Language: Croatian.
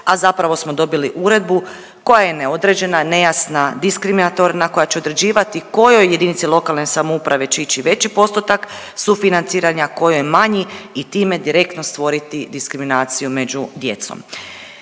a zapravo smo dobili uredbu koja je neodređena, nejasna, diskriminatorna, koja će određivati kojoj jedinici lokalne samouprave će ići veći postotak sufinanciranja, kojoj manji i time direktno stvoriti diskriminaciju među djecom.